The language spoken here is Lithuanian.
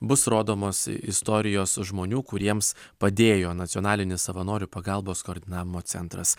bus rodomos istorijos žmonių kuriems padėjo nacionalinis savanorių pagalbos koordinavimo centras